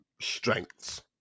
strengths